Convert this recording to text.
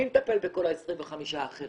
מי מטפל בכל ה-25 האחרים?